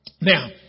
Now